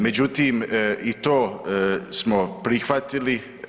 Međutim, i to smo prihvatili.